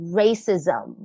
racism